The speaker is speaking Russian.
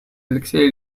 алексея